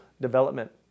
development